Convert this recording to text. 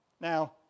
Now